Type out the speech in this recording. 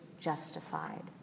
justified